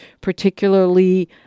particularly